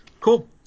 Cool